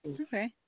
Okay